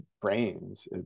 brains